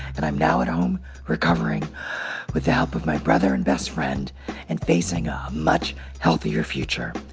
and i'm now at home recovering with the help of my brother and best friend and facing a much healthier future.